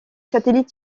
satellites